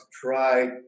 try